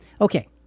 Okay